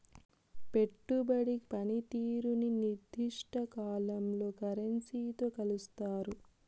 పెట్టుబడి పనితీరుని నిర్దిష్ట కాలంలో కరెన్సీతో కొలుస్తారు